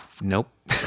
nope